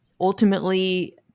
ultimately –